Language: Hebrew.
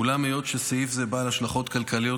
אולם היות שסעיף זה בעל השלכות כלכליות,